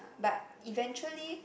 but eventually